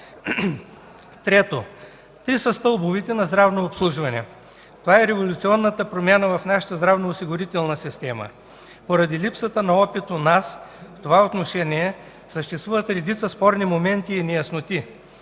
Трето, три са стълбовете на здравното обслужване. Това е революционната промяна в нашата здравноосигурителна система. Поради липсата на опит у нас в това отношение съществуват редица спорни моменти и неясноти.